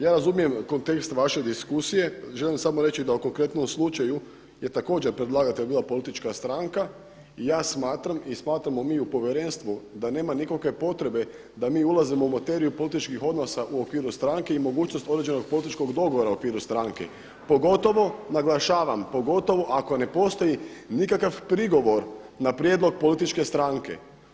Ja razumijem kontekst vaše diskusije, želim samo reći da u konkretnom slučaju je također predlagatelj bila politička stranka i ja smatram i smatramo mi u povjerenstvu da nema nikakve potrebe da mi ulazimo u materiju političkih odnosa u okviru strane i mogućnost određenog političkog dogovora u okviru stranke, naglašavam pogotovo ako ne postoji nikakav prigovor na prijedlog političke stranke.